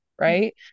Right